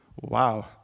Wow